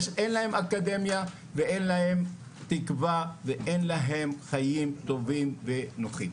אין להם אקדמיה ואין להם תקווה ואין להם חיים טובים ונוחים.